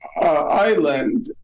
Island